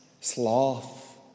sloth